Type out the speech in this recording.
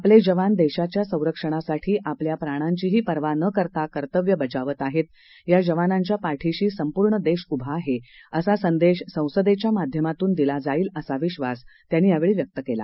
आपले जवान देशाच्या संरक्षणासाठी आपल्या प्राणांचीही पर्वा न करता कर्तव्य बजावत आहेत या जवानांच्या पाठीशी संपूर्ण देश उभा आहे असा संदेश संसदेच्या माध्यमातून दिला जाईल असा विश्वास त्यांनी यावेळी व्यक्त केला